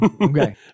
Okay